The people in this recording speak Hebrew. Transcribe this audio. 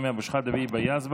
סמי אבו שחאדה והיבה יזבק.